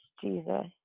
Jesus